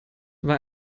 war